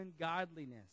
ungodliness